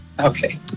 Okay